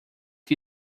que